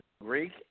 Greek